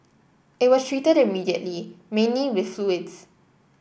it was treated immediately mainly with fluids